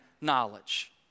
knowledge